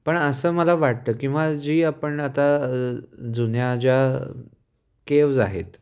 पण असं मला वाटतं किंवा जी आपण आता जुन्या ज्या केव्ज आहेत